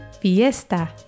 Fiesta